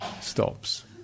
stops